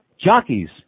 Jockeys